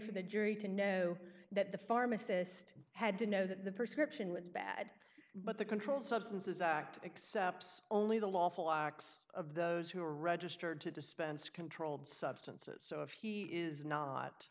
for the jury to know that the pharmacist had to know that the prescription was bad but the controlled substances act except only the lawful locks of those who are registered to dispense controlled substances so if he is not